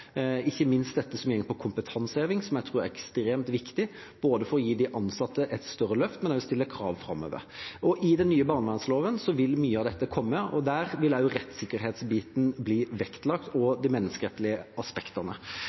ikke minst dette som går på kompetanseheving, som jeg tror er ekstremt viktig ikke bare for å gi de ansatte et større løft, men også for å stille krav framover. I den nye barnevernsloven vil mye av dette komme, og der vil også rettssikkerhetsbiten